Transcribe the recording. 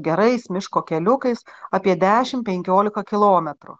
gerais miško keliukais apie dešimt penkiolika kilometrų